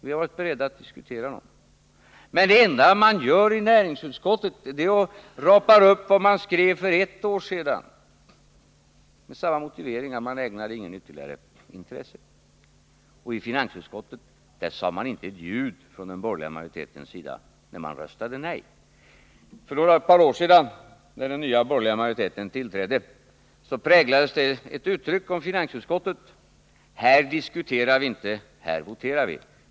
Vi har varit beredda att diskutera dem. Men det enda man gör i näringsut skottet är att rapa upp vad man skrev för ett år sedan, med samma motiveringar. Man ägnar inte våra förslag något ytterligare intresse. Och i finansutskottet sade man inte ett ljud från den borgerliga majoritetens sida när man röstade nej. För ett par år sedan — när den nya borgerliga majoriteten tillträdde — präglades ett uttryck från finansutskottet: Här diskuterar vi inte, här voterar vi.